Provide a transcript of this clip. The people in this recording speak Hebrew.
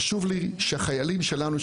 חשוב לי שחיילים שלנו,